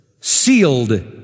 Sealed